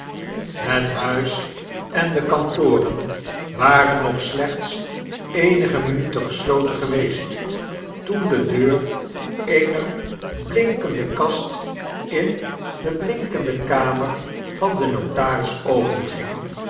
het huis en de kantoren waren nog slechts eenige minuten gesloten geweest toen dedeur eener blinkende kast in de blinkende kamer van den notaris